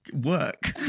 work